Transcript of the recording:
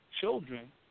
children